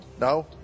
No